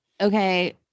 Okay